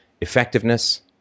effectiveness